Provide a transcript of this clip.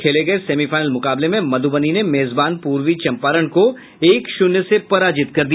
खेल गये सेमीफाइनल मुकाबले में मधुबनी ने मेजबान पूर्वी चंपारण को एक शून्य से पराजित किया